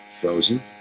frozen